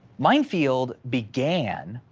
mind field began,